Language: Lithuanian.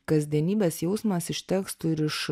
kasdienybės jausmas iš tekstų ir iš